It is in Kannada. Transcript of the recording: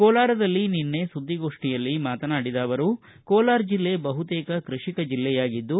ಕೋಲಾರದಲ್ಲಿ ನಿನ್ನೆ ಸುದ್ದಿಗೋಷ್ಠಿಯಲ್ಲಿ ಮಾತನಾಡಿದ ಅವರು ಕೋಲಾರ ಜಿಲ್ಲೆ ಬಹುತೇಕ ಕೃಷಿಕ ಜಿಲ್ಲೆಯಾಗಿದ್ದು